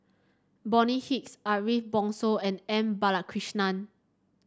Bonny Hicks Ariff Bongso and M Balakrishnan